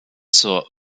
zur